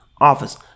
office